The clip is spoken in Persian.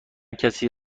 کسی